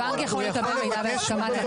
הבנק יכול לקבל מידע בהסכמת לקוח.